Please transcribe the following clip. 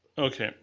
okay,